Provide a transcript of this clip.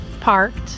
parked